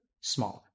smaller